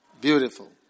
Beautiful